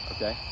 Okay